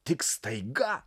tik staiga